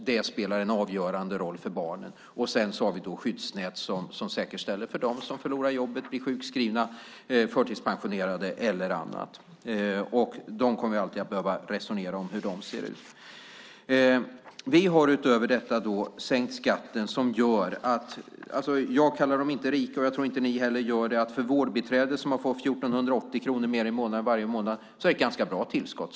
Det spelar en avgörande roll för barnen. Vi har också skyddsnät för dem som förlorar jobbet, blir sjukskrivna, förtidspensionerade eller annat. Vi kommer alltid att behöva resonera om hur de ser ut. Vi har utöver detta sänkt skatten. Jag kallar dem inte rika. Jag tror inte ni heller gör det. Vårdbiträden har fått 1 480 kronor mer i månaden. Det är ett ganska bra tillskott.